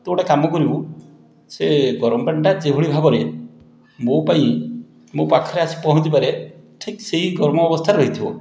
ତୁ ଗୋଟେ କାମ କରିବୁ ସେ ଗରମ ପାଣିଟା ଯେଉଁଭଳି ଭାବରେ ମୋ ପାଇଁ ମୋ ପାଖରେ ଆସି ପହଞ୍ଚିବାରେ ଠିକ୍ ସେଇ ଗରମ ଅବସ୍ଥାରେ ରହିଥିବ